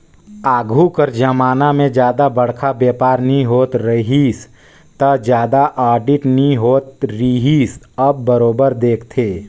आघु कर जमाना में जादा बड़खा बयपार नी होवत रहिस ता जादा आडिट नी होत रिहिस अब बरोबर देखथे